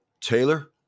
taylor